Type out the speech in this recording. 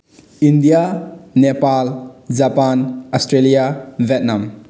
India Nepal Japan Australia Vietnam